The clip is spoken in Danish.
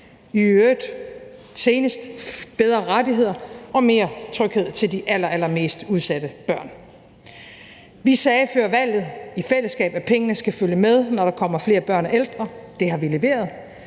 vi også sikret bedre rettigheder og mere tryghed til de allerallermest udsatte børn. Vi sagde før valget i fællesskab, at pengene skal følge med, når der kommer flere børn og ældre – det har vi leveret,